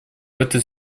этой